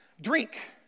Drink